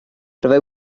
roedd